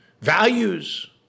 values